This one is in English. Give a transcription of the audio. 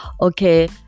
Okay